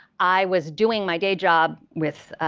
i was doing my day job with